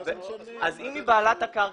אם היא בעלת הקרקע,